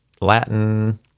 Latin